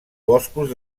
boscos